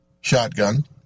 shotgun